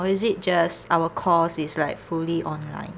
or is it just our course is like fully online